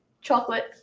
Chocolate